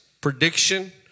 prediction